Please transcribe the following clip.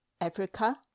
Africa